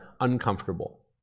uncomfortable